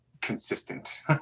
consistent